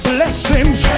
Blessings